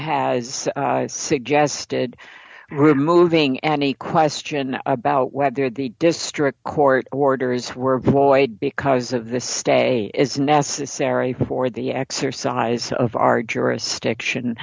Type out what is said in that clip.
has suggested removing any question about whether the district court orders were void because of the stay is necessary for the exercise of our jurisdiction